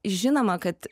žinoma kad